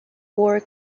war